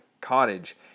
cottage